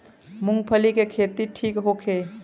मूँगफली के खेती ठीक होखे?